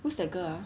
who's the girl ah